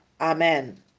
Amen